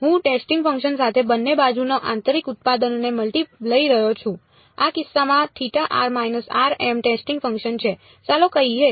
હું testing function સાથે બંને બાજુના આંતરિક ઉત્પાદનને મલ્ટી લઈ રહ્યો છું આ કિસ્સામાં ટેસ્ટિંગ ફંક્શન છે ચાલો કહીએ